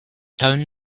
down